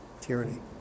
Tyranny